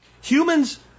Humans